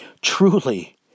Truly